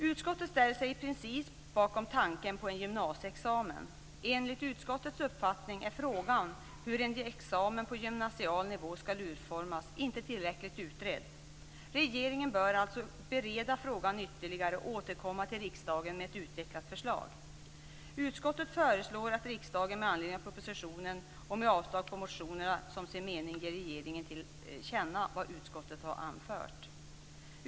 Utskottet ställer sig i princip bakom tanken på en gymnasieexamen. Enligt utskottets uppfattning är frågan om hur en examen på gymnasial nivå skall utformas inte tillräckligt utredd. Regeringen bör alltså bereda frågan ytterligare och återkomma till riksdagen med ett utvecklat förslag. Utskottet föreslår att riksdagen med anledning av propositionen, och med avslag vad gäller motionerna, som sin mening ger regeringen till känna vad utskottet anfört.